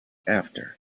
after